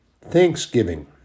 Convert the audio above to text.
Thanksgiving